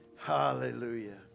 Hallelujah